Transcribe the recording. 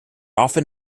often